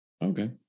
Okay